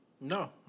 No